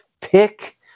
pick